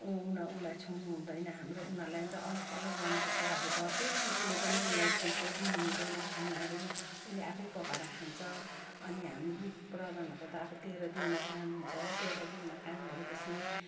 ऊ न उसलाई छुनु हुँदैन हाम्रो उनीहरूलाई अलग अलग गर्नुपर्छ अब घरकै मान्छेले पनि उसलाई छोएको दिनु हुँदैन खानाहरू उसले आफै पकाएर खान्छ अनि हामी प्रधानहरूको त अब तेह्र दिनमा काम हुन्छ तेह्र दिनमा काम भयो पछि